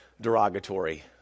derogatory